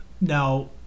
now